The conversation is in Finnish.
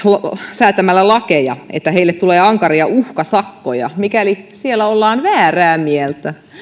säätämällä lakeja että niille tulee ankaria uhkasakkoja mikäli siellä ollaan väärää mieltä